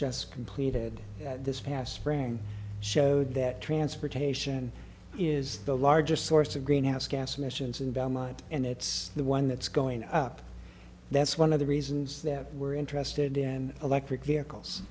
just completed this past spring showed that transportation is the largest source of greenhouse gas emissions in belmont and it's the one that's going up that's one of the reasons that we're interested in electric vehicles